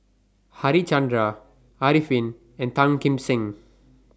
Harichandra Arifin and Tan Kim Seng